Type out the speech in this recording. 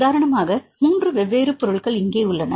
உதாரணமாக 3 வெவ்வேறு பொருள்கள் இங்கே உள்ளன